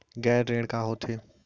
गैर ऋण का होथे?